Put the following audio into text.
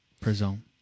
Prison